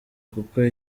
kuko